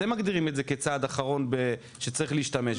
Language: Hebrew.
אתם מגדירים את זה כצעד אחרון שצריך להשתמש בו.